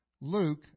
Luke